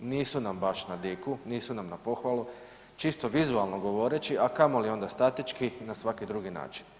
Nisu nam baš na diku, nisu nam na pohvalu čisto vizualno govoreći, a kamoli onda statički, na svaki drugi način.